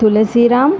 Tulsiram